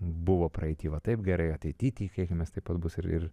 buvo praeity va taip gerai ateity tikėkimės taip pat bus ir